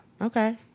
Okay